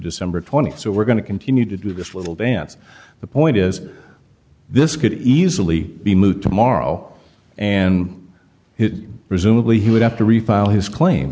december th so we're going to continue to do this little dance the point is this could easily be moot tomorrow and presumably he would have to refile his claim